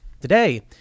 Today